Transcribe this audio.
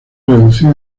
reducida